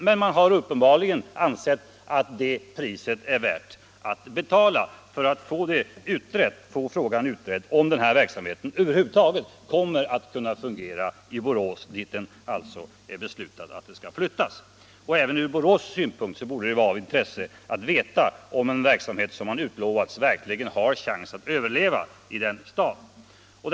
Men man har uppenbarligen ansett att det priset är värt att betala för att få frågan utredd om verksamheten över huvud taget kommer att kunna fungera i Borås, dit den enligt beslutet skall flyttas. Även ur Borås synpunkt borde det vara av intresse att veta om en verksamhet som man utlovats verkligen har chans att överleva i staden.